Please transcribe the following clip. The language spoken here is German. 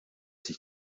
sich